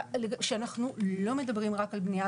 שאנחנו לא מדברים רק על בנייה.